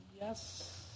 Yes